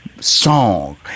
song